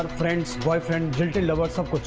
boyfriends jilted lovers, ah